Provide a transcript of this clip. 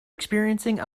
experiencing